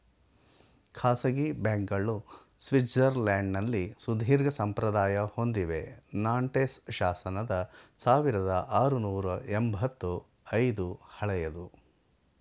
ಖಾಸಗಿ ಬ್ಯಾಂಕ್ಗಳು ಸ್ವಿಟ್ಜರ್ಲ್ಯಾಂಡ್ನಲ್ಲಿ ಸುದೀರ್ಘಸಂಪ್ರದಾಯ ಹೊಂದಿವೆ ನಾಂಟೆಸ್ ಶಾಸನದ ಸಾವಿರದಆರುನೂರು ಎಂಬತ್ತ ಐದು ಹಳೆಯದು